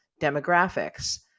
demographics